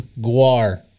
Guar